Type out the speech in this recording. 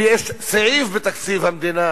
ויש סעיף בתקציב המדינה